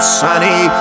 sunny